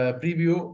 preview